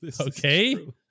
Okay